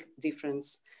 difference